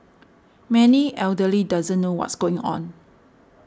many elderly doesn't know what's going on